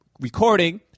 recording